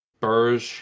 Burge